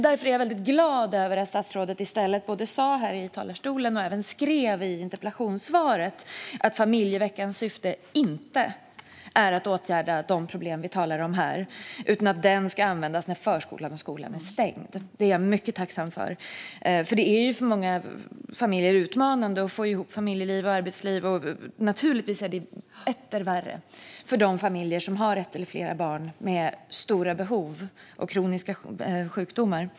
Därför är jag väldigt glad över att statsrådet sa här i talarstolen och även skrev i interpellationssvaret att familjeveckans syfte inte är att åtgärda de problem vi talar om här. Den ska användas när förskolan och skolan är stängd. Jag är mycket tacksam för att det är sagt. Det är för många familjer utmanande att få ihop familjeliv och arbetsliv. Naturligtvis är det etter värre för de familjer som har ett eller flera barn med stora behov och kroniska sjukdomar.